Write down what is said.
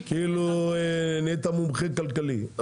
כאילו נהיית מומחה כלכלי.